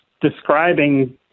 describing